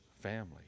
family